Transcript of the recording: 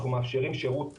אנחנו מאפשרים שירות בווצאפ,